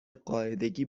قاعدگی